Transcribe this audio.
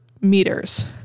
meters